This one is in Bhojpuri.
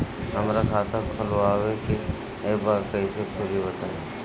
हमरा खाता खोलवावे के बा कइसे खुली बताईं?